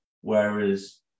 Whereas